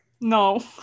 No